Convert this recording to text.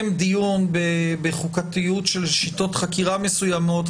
דיון בחוקתיות של שיטות חקירה מסוימות,